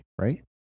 right